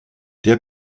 der